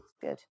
Good